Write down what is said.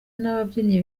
n’ababyinnyi